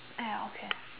!aiya! okay